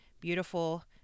beautiful